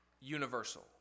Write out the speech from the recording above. universal